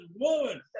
woman